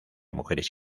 mujeres